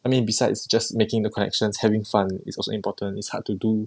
I mean besides just making the connections having fun is also important is hard to do